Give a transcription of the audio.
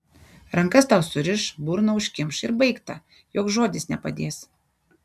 rankas tau suriš burną užkimš ir baigta joks žodis nepadės